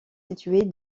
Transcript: située